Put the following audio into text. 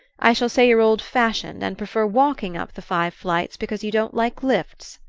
i shall say you're old-fashioned, and prefer walking up the five flights because you don't like lifts.